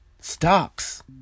stocks